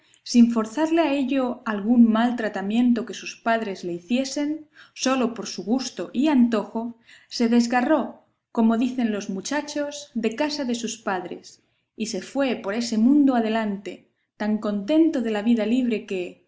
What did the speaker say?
sin forzarle a ello algún mal tratamiento que sus padres le hiciesen sólo por su gusto y antojo se desgarró como dicen los muchachos de casa de sus padres y se fue por ese mundo adelante tan contento de la vida libre que